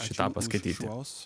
šį tą paskaityti